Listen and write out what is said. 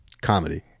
comedy